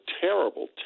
terrible